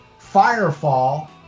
Firefall